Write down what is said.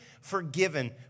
forgiven